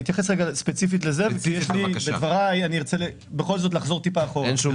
אדבר ספציפית על הסעיף הזה ובדבריי ארצה בכל זאת לחזור קצת אחורה.